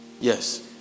Yes